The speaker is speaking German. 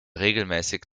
regelmäßig